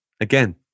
again